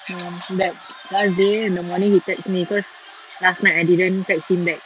no that last day in the morning he text me cause last night I didn't text him back